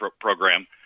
program